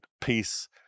peace